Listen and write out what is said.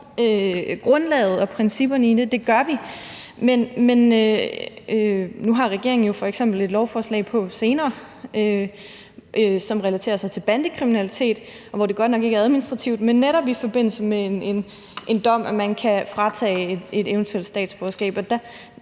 grundlaget og principperne i det, for det gør vi. Men nu har regeringen f.eks. et lovforslag på senere, som relaterer sig til bandekriminalitet, og hvor det godt nok ikke er administrativt, men hvor det netop er i forbindelse med en dom, at man kan fratage et eventuelt statsborgerskab.